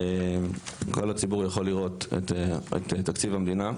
כל הציבור יכול לראות את תקציב המדינה,